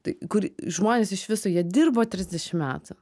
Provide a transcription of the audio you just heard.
tai kur žmonės iš viso jie dirbo trisdešim metų